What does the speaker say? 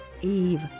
Eve